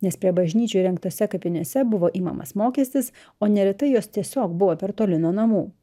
nes prie bažnyčių įrengtose kapinėse buvo imamas mokestis o neretai jos tiesiog buvo per toli nuo namų